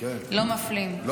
לא מפלים,